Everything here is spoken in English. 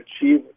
achieve